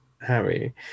Harry